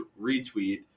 retweet